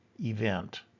event